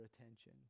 attention